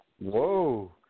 Whoa